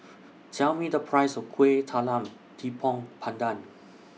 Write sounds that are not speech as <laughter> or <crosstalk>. <noise> Tell Me The Price of Kueh Talam Tepong Pandan